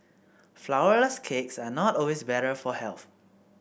flourless cakes are not always better for health